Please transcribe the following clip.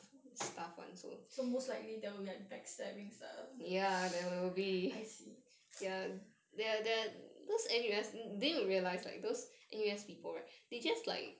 so most likely there will be like backstabbing ah I see